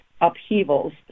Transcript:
upheavals